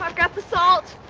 got got the salt.